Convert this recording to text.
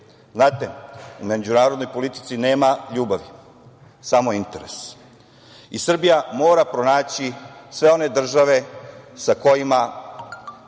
sveta. Znate, u međunarodnoj politici nema ljubavi, samo interes. Srbija mora pronaći sve one države sa kojima